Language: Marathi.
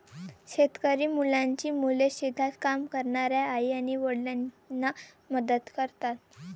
शेतकरी मुलांची मुले शेतात काम करणाऱ्या आई आणि वडिलांना मदत करतात